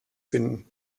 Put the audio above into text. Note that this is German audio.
finden